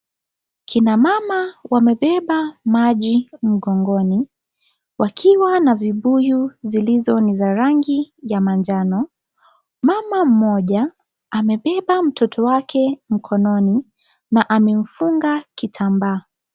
Kina mama wamebeba maji mgongoni wakiwa na vibuyu zilizo ni za rangi ya manjano. Mama mmoja amebeba mtoto wake mkononi na amemfunga kitambaa.